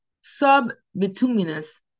sub-bituminous